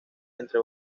entre